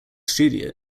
studio